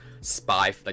Spy